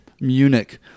Munich